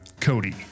Cody